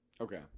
Okay